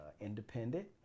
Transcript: independent